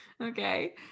okay